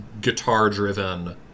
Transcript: guitar-driven